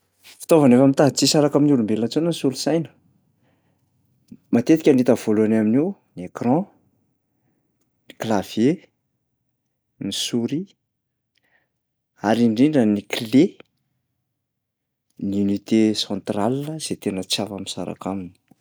Fitaovana efa mitady tsy hisaraka amin'ny olombelona intsony ny solosaina. Matetika ny hita voalohany amin'io ny écran, ny klavie, ny souris, ary indrindra ny clé, ny unité centrale zay tena tsy afa-misaraka aminy.